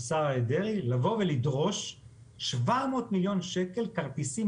אריה דרעי לדרוש 700 מיליון שקל כרטיסים